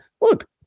look